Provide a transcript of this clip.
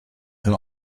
and